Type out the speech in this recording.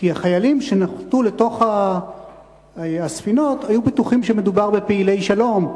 כי החיילים שנחתו לתוך הספינות היו בטוחים שמדובר בפעילי שלום,